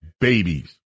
babies